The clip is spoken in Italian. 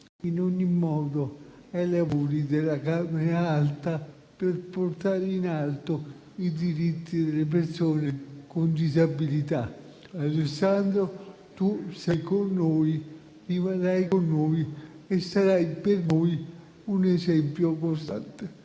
in ogni modo, ai lavori della Camera alta per portare in alto i diritti delle persone con disabilità. Alessandro, tu sei con noi, rimarrai con noi e sarai per noi un esempio costante.